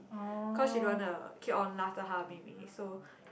cause she don't want to keep on 拉着她的妹妹 so